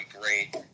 great